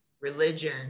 religion